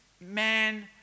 man